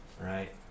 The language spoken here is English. right